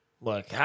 Look